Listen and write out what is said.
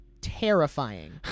terrifying